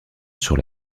sur